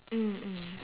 mm mm